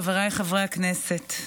חבריי חברי הכנסת,